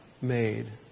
made